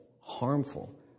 harmful